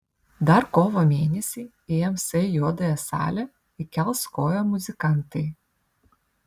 dar kovo mėnesį į ms juodąją salę įkels koją muzikantai